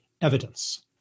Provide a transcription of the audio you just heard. evidence